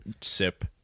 sip